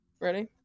Ready